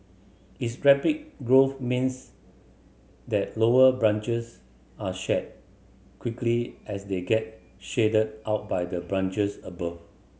its rapid growth means that lower branches are shed quickly as they get shaded out by the branches above